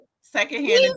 Secondhand